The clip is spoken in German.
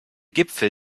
gipfel